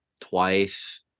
twice